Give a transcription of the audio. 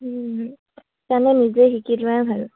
নিজে শিকি লোৱাই ভাল